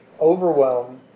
overwhelm